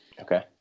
Okay